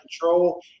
control